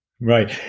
Right